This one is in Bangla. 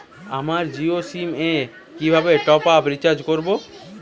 আমার জিও সিম এ কিভাবে টপ আপ রিচার্জ করবো?